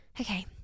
okay